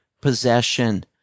possession